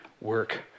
work